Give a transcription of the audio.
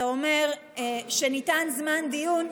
אתה אומר שניתן זמן דיון,